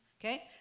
Okay